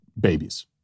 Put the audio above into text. babies